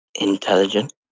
intelligent